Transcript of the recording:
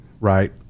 right